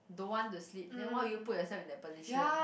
don't want to sleep then why would you put yourself in that position